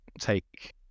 take